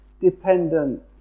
Dependent